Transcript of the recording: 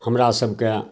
हमरासभके